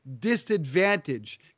disadvantage